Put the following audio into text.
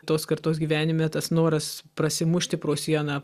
tos kartos gyvenime tas noras prasimušti pro sieną